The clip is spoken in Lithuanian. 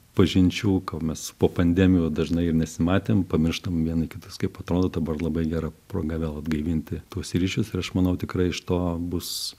pažinčių ko mes po pandemijų dažnai ir nesimatėm pamirštam viena į kitus kaip atrodo dabar labai gera proga vėl atgaivinti tuos ryšius ir aš manau tikrai iš to bus